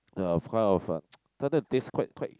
uh kind of a kinda taste quite quite